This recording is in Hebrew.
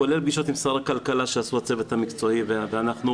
כולל פגישות עם שר הכלכלה שעשו הצוות המקצועי ואנחנו.